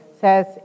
says